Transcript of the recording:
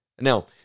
Now